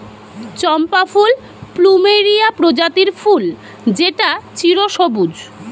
চম্পা ফুল প্লুমেরিয়া প্রজাতির ফুল যেটা চিরসবুজ